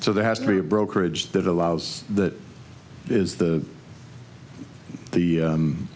so there has to be a brokerage that allows that is the the um